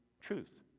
truth